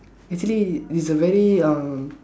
actually it's a very uh